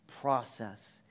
process